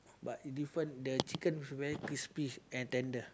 but different the chicken very crispy and tender